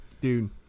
Dude